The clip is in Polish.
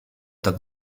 tak